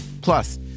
Plus